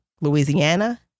Louisiana